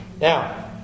Now